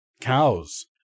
cows